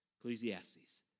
Ecclesiastes